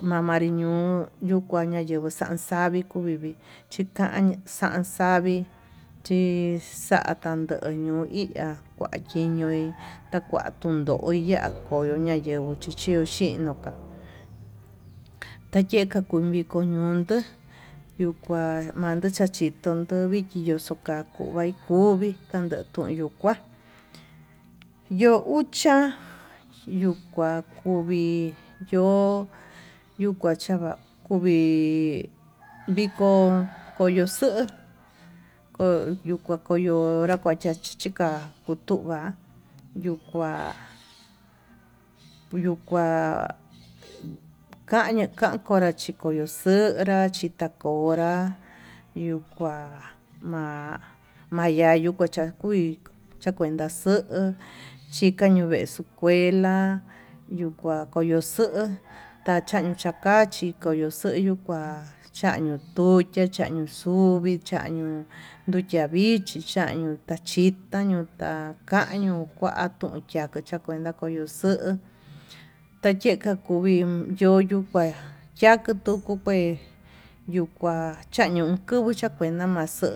Mamanri ñuu yuu kua ñayenguó xavii kuu vivi, chikan xaxavi chixan ndadenguo iha akiñui takuan tandoi yuu ihá koyo ña'a yenguo chi chun chin noka tayeka kuu vii kuu ño'o, yunduu yuu kuá kuando chachindo tun ndon vikii yuu xuu kaku veí kuu vitando tuyu kuá yo'ó ucha yuu kua kuvii, yo'o yuu kua chava kuvi viko koyo xuu koyo kuakuyo kuayo kuachachí chika kutuá yuu kua yuu kuá kaña kankonra chikoyo xuu honra chitakonrá, yuu kua ma'a mayayu kucha kuii chakonya xu'u chika xakuenta kué la'a kueya kuyuxuu tachan chakachí koyo xeyuu kuá chañio tukia chañio chuvii, chañio nduchia vichi chañió tachita yuka añuu kuatun yaka kuenta koyo xuu tayeka kuvii yo'o yuu kue yako yuku kué, yuu kua chañion chuvuu chakuenta maxuu